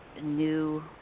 new